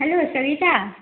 hello Savita